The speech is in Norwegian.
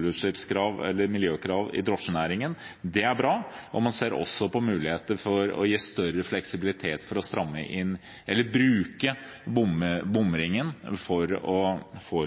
nullutslippskrav eller miljøkrav i drosjenæringen. Det er bra. Man ser også på muligheten til å gi større fleksibilitet for å stramme inn – eller bruke bomringen for